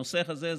הנושא הזה,